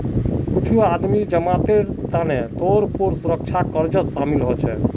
कुछू आदमी जमानतेर तौरत पौ सुरक्षा कर्जत शामिल हछेक